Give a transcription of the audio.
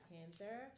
Panther